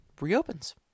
reopens